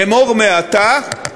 אמור מעתה: